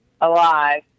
Alive